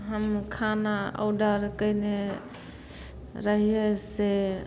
हम खाना ऑडर कएने रहिए से